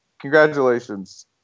congratulations